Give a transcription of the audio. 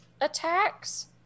attacks